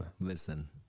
listen